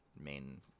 main